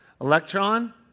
Electron